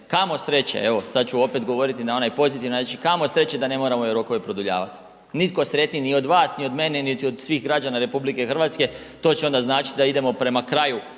kamo sreće, evo sad ću opet na onaj pozitivni način, kamo sreće da ne moramo ove rokove produljavati. Nitko sretniji ni od vas, ni od mene, niti od svih građana RH to će onda značiti da idemo prema kraju